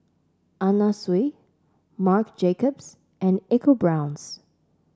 Anna Sui Marc Jacobs and ecoBrown's